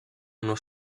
uno